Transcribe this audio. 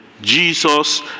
Jesus